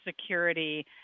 Security